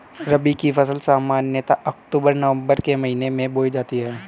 रबी की फ़सल सामान्यतः अक्तूबर नवम्बर के महीने में बोई जाती हैं